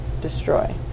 destroy